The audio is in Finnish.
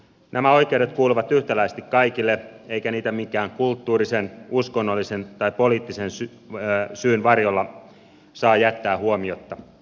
nämä oikeudet kuuluvat yhtäläisesti kaikille eikä niitä minkään kulttuurisen uskonnollisen tai poliittisen syyn varjolla saa jättää huomiotta